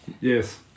Yes